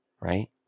right